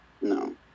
No